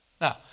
Now